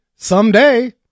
Someday